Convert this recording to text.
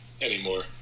anymore